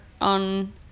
on